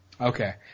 okay